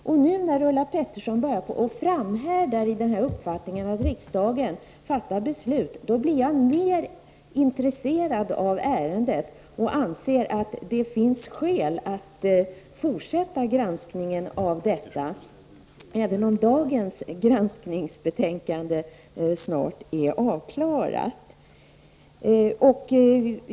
Nu när Ulla Pettersson framhärdar i denna uppfattning att riksdagen fattar beslut, då blir jag mer intresserad av ärendet och anser att det finns skäl att fortsätta granskningen av ärendet även om behandlingen av dagens granskningsärende snart är avklarad.